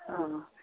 अह